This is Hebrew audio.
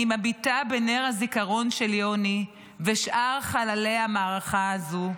אני מביטה בנר הזיכרון של יוני ושאר חללי המערכה הזו,